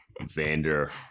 Xander